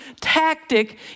tactic